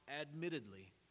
admittedly